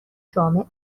جامع